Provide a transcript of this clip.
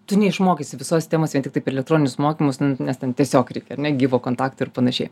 tu neišmokysi visos temos vien tiktai per elektroninius mokymus nes ten tiesiog reikia ar ne gyvo kontakto ir panašiai